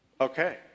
Okay